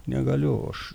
negaliu aš